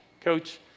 Coach